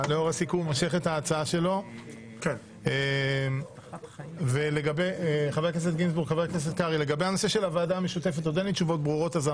12 בינואר 2022. אנחנו